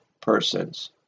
persons